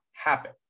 Happen